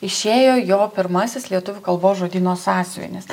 išėjo jo pirmasis lietuvių kalbos žodyno sąsiuvinis